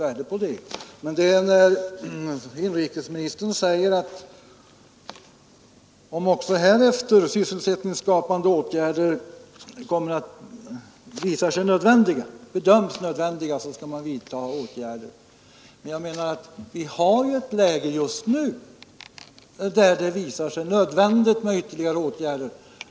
I interpellationssvaret säger inrikesministern: ”Också därefter kommer sysselsättningsskapande åtgärder att bli vidtagna i den utsträckning som bedöms nödvändig.” Men vi har ett läge just nu där det visar sig nödvändigt med ytterligare åtgärder.